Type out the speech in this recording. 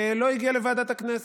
הוא לא הגיע לוועדת הכנסת.